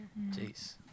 Jeez